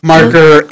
Marker